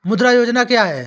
मुद्रा योजना क्या है?